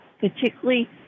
particularly